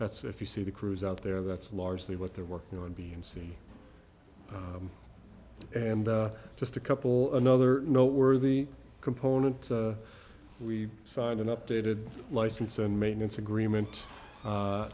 that's if you see the crews out there that's largely what they're working on b and c and just a couple another note worthy component we signed an updated license and maintenance agreement